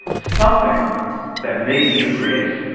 something that made me freeze.